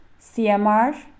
CMR